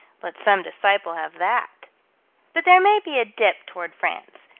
let some disciple have that. but there may be a dip toward france,